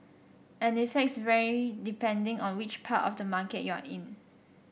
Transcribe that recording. and effects vary depending on which part of the market you're in